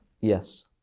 Yes